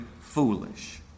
foolish